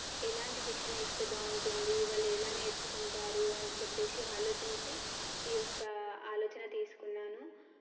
ఎలాంటి శిక్షణ ఇస్తే బాగుంటుంది వాళ్ళు ఎలా నేర్చుకుంటారు అని చెప్పేసి ఆలోచించి ఈయొక్క ఆలోచన తీసుకున్నాను